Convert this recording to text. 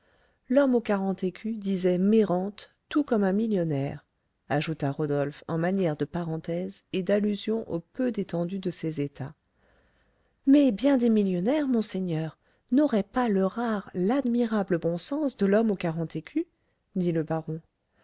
l'homme aux quarante écus disait mes rentes tout comme un millionnaire ajouta rodolphe en manière de parenthèse et d'allusion au peu d'étendue de ses états mais bien des millionnaires monseigneur n'auraient pas le rare l'admirable bon sens de l'homme aux quarante écus dit le baron